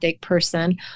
person